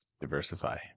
Diversify